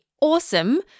awesome